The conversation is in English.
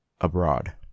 abroad